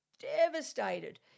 Devastated